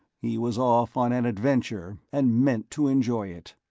he was off on an adventure, and meant to enjoy it.